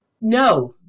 No